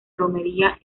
romería